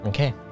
Okay